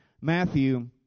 Matthew